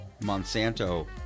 Monsanto